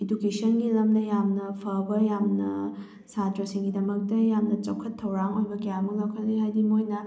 ꯏꯗꯨꯀꯦꯁꯟꯒꯤ ꯂꯝꯗ ꯌꯥꯝꯅ ꯐꯕ ꯌꯥꯝꯅ ꯁꯥꯇ꯭ꯔꯁꯤꯡꯒꯤꯗꯃꯛꯇ ꯌꯥꯝꯅ ꯆꯥꯎꯈꯠ ꯊꯧꯔꯥꯡ ꯑꯣꯏꯕ ꯀꯌꯥ ꯑꯃ ꯂꯧꯈꯠꯂꯤ ꯍꯥꯏꯗꯤ ꯃꯣꯏꯅ